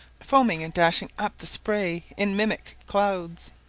foaming and dashing up the spray in mimic clouds.